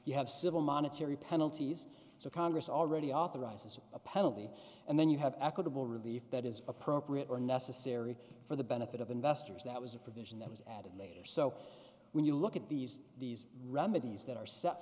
you have civil monetary penalties so congress already authorizes a penalty and then you have equitable relief that is appropriate or necessary for the benefit of investors that was a provision that was added later so when you look at these these remedies that are set